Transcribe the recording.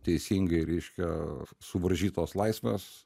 teisingai reiškia suvaržytos laisvės